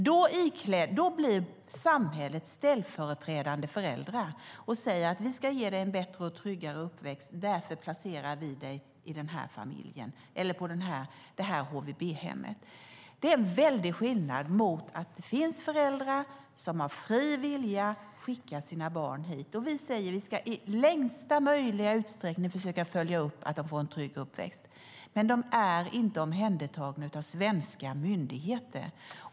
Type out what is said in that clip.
Då blir samhället ställföreträdande föräldrar och säger: Vi ska ge dig en bättre och tryggare uppväxt, och därför placerar vi dig i den här familjen eller på det här HVB-hemmet. Det är en väldig skillnad mot att det finns föräldrar som av fri vilja skickar sina barn hit. Vi säger att vi i längsta möjliga utsträckning ska försöka följa upp att de får en trygg uppväxt. Men de är inte omhändertagna av svenska myndigheter.